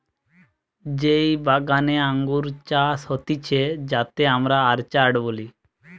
যেই বাগানে আঙ্গুর চাষ হতিছে যাতে আমরা অর্চার্ড বলি